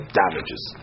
damages